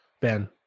Ben